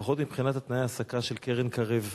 לפחות מבחינת תנאי ההעסקה של קרן-קרב.